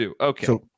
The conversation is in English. Okay